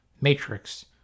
matrix